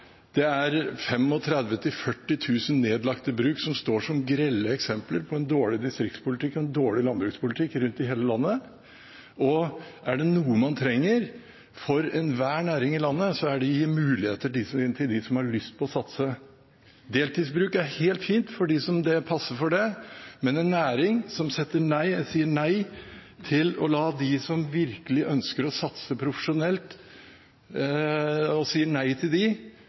Det er 35 000–40 000 nedlagte bruk som står som grelle eksempler på en dårlig distriktspolitikk og en dårlig landbrukspolitikk rundt i hele landet. Er det noe man trenger for enhver næring i landet, er det å gi muligheter til dem som har lyst til å satse. Deltidsbruk er helt fint for dem det passer for, men en næring som sier nei til dem som virkelig ønsker å satse profesjonelt, har vanskelig for å komme på offensiven. Det er det vi ønsker å gjøre. Det kommer til